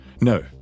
No